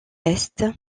est